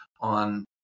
on